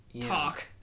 talk